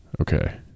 Okay